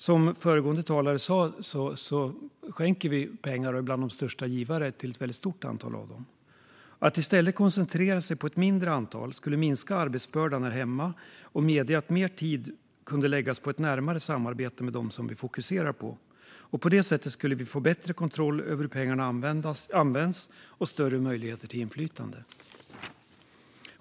Som föregående talare sa skänker vi pengar och är bland de största givarna till ett väldigt stort antal av dem. Om vi i stället koncentrerade oss på ett mindre antal skulle det minska arbetsbördan här hemma och låta oss lägga mer tid på ett närmare samarbete med dem vi fokuserar på. På det sättet skulle vi få bättre kontroll över hur pengarna används och större möjlighet till inflytande.